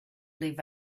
live